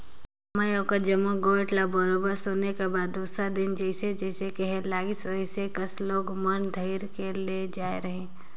में ओखर जम्मो गोयठ ल बरोबर सुने के बाद दूसर दिन जइसे जइसे कहे लाइस ओही कस लोग मन ल धइर के ले जायें रहें